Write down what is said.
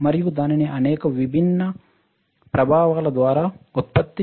మరియు దానిని అనేక విభిన్న ప్రభావాల ద్వారా ఉత్పత్తి చేయవచ్చు